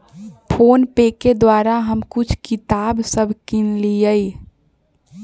PhonePe के द्वारा हम कुछ किताप सभ किनलियइ